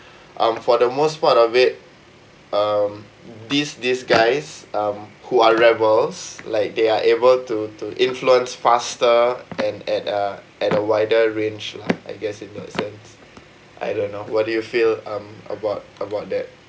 um for the most part of it um these these guys um who are rebels like they are able to to influence faster and at a at a wider range lah I guess in that sense I don't know what do you feel um about about that